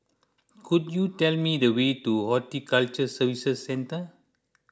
could you tell me the way to Horticulture Services Centre